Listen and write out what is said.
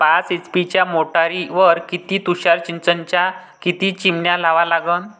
पाच एच.पी च्या मोटारीवर किती तुषार सिंचनाच्या किती चिमन्या लावा लागन?